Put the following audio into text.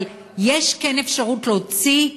אבל יש כן אפשרות להוציא,